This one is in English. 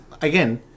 again